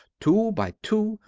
two by two,